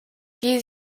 die